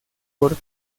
por